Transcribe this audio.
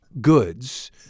goods